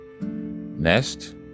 Next